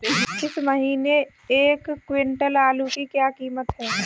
इस महीने एक क्विंटल आलू की क्या कीमत है?